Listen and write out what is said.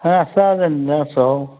হা আছোঁ আৰু যেনে তেনে